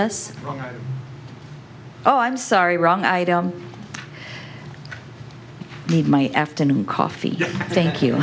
us oh i'm sorry wrong i need my afternoon coffee thank you